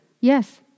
yes